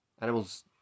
animals